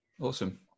Awesome